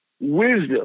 wisdom